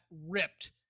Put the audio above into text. ripped